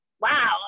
wow